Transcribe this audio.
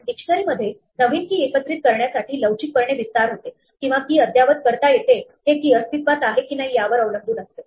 dictionary मध्ये नवीन key एकत्रित करण्यासाठी लवचिकपणे विस्तार होते किंवा key अद्यावत करता येते हे key अस्तित्वात आहे की नाही यावर अवलंबून असते